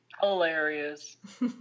Hilarious